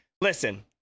listen